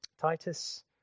Titus